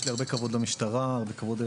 יש לי הרבה כבוד למשטרה ולמפכ"ל.